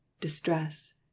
distress